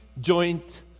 joint